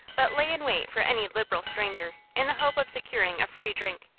but lay in wait for any liberal stranger, in the hope of securing a free drink.